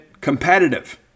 competitive